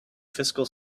fiscal